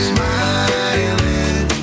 Smiling